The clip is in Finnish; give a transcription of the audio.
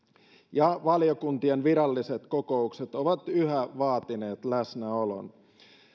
ja valiokuntien viralliset kokoukset ovat yhä vaatineet läsnäolon